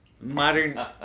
Modern